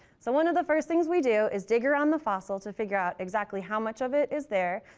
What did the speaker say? so one of the first things we do is dig around the fossil to figure out exactly how much of it is there.